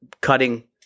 cutting